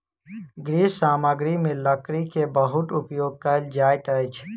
गृह सामग्री में लकड़ी के बहुत उपयोग कयल जाइत अछि